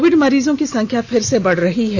Covid मरीजों की संख्या फिर से बढ़ रही है